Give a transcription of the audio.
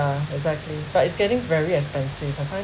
exactly but it's getting very expensive I find